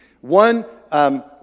One